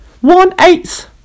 One-eighth